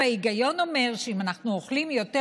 ההיגיון אומר שאם אנחנו אוכלים יותר